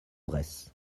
bresse